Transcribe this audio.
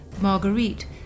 Marguerite